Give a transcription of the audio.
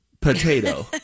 potato